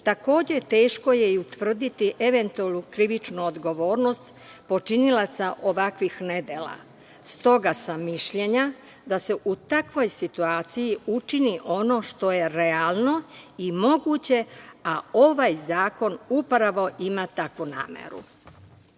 doći. Takođe, teško je i utvrditi eventualnu krivičnu odgovornost počinilaca ovakvih nedela. Stoga sam mišljenja da se u takvoj situaciji učini ono što je realno i moguće, a ovaj zakon upravo ima takvu